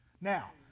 Now